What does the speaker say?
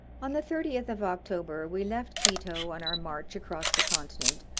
on the thirtieth of october we left quito on our march across the continent,